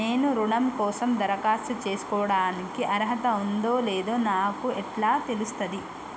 నేను రుణం కోసం దరఖాస్తు చేసుకోవడానికి అర్హత ఉందో లేదో నాకు ఎట్లా తెలుస్తది?